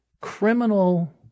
Criminal